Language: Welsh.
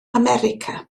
america